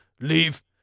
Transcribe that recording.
leave